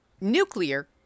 nuclear